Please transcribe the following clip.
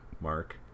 mark